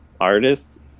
artists